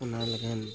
ᱚᱱᱟ ᱞᱟᱹᱜᱤᱫ